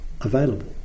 available